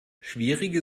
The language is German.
schwierige